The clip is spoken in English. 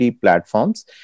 platforms